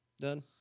Done